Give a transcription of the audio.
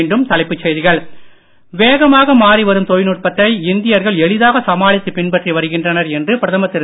மீண்டும் தலைப்புச் செய்திகள் வேகமாக மாறி வரும் தொழில்நுட்பத்தை இந்தியர்கள் எளிதாக சமாளித்து பின்பற்றி வருகின்றனர் என்று பிரதமர் திரு